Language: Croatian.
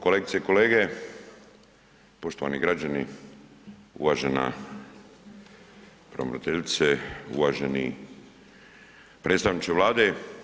Kolegice i kolege, poštovani građani, uvažena pravobraniteljice, uvaženi predstavniče Vlade.